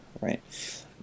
right